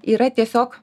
yra tiesiog